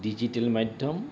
digital মাধ্যম